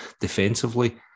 defensively